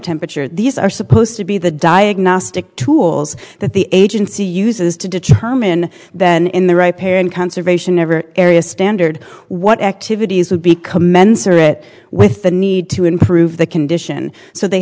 temperature these are supposed to be the diagnostic tools that the agency uses to determine than in the right pair in conservation never area standard what activities would be commensurate with the need to improve the condition so they